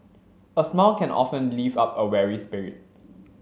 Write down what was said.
a smile can often lift up a weary spirit